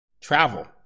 travel